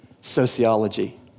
sociology